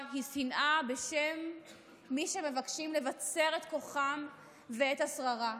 היא שנאה בשם מי שמבקשים לבצר את כוחם ואת השררה.